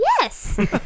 Yes